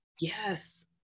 Yes